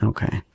Okay